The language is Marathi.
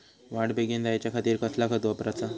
वाढ बेगीन जायच्या खातीर कसला खत वापराचा?